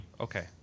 Okay